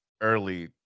early